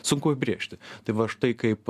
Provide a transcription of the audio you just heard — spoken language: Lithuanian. sunku apibrėžti tai va štai kaip